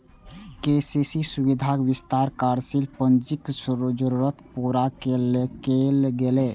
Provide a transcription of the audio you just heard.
KCC सुविधाक विस्तार कार्यशील पूंजीक जरूरत पूरा करै लेल कैल गेलै